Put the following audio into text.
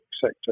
sector